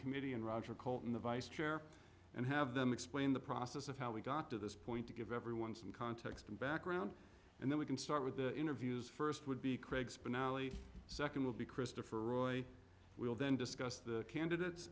committee and roger coleman the vice chair and have them explain the process of how we got to this point to give everyone some context and background and then we can start with the interviews first would be craig's banally second will be christopher roy will then discuss the candidates